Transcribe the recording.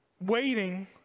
waiting